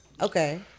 Okay